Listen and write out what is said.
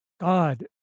God